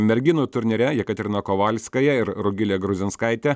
merginų turnyre jekaterina kovalevskaja ir rugilė grudzinskaitė